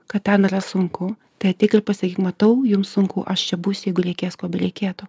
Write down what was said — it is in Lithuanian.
kad ten yra sunku tai ateik ir pasakyk matau jums sunku aš čia busiu jeigu reikės ko bereikėtų